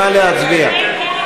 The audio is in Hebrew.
נא להצביע.